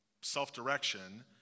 self-direction